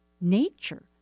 nature